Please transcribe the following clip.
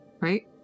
right